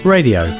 Radio